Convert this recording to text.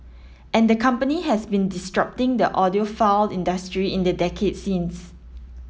and the company has been disrupting the audiophile industry in the decade since